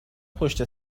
پشت